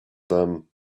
them